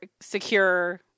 secure